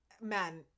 man